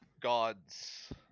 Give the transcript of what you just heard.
gods